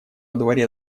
дворе